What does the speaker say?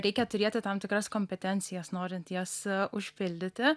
reikia turėti tam tikras kompetencijas norint jas užpildyti